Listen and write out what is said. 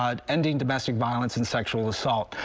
ah ending domestic violence and sexual assault.